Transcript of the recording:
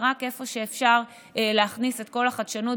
ורק איפה שאפשר להכניס את כל החדשנות